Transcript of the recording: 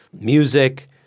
Music